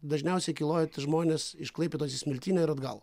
dažniausiai kilojat žmones iš klaipėdos į smiltynę ir atgal